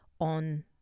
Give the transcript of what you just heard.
on